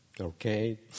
Okay